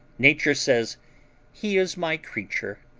nature says he is my creature,